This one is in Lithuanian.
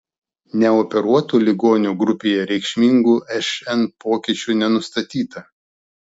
neoperuotų ligonių grupėje reikšmingų šn pokyčių nenustatyta